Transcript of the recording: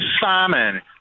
Simon